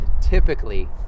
typically